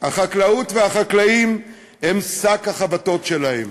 החקלאות והחקלאים הם שק החבטות שלהם?